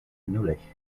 nolay